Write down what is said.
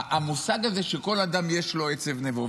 המושג הזה, כל אדם יש לו עצב נבו.